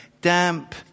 Damp